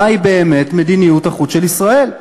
מהי באמת מדיניות החוץ של ישראל.